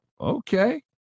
okay